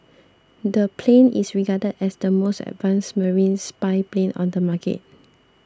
the plane is regarded as the most advanced marine spy plane on the market